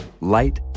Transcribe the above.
light